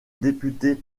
député